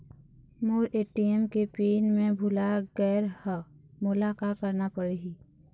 मोर ATM के PIN मैं भुला गैर ह, मोला का करना पढ़ही?